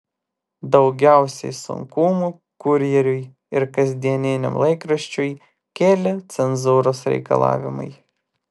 daugiausiai sunkumų kurjeriui ir kasdieniniam laikraščiui kėlė cenzūros reikalavimai